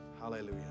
Hallelujah